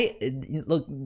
Look